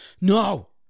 no